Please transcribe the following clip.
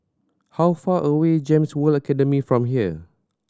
how far away is GEMS World Academy from here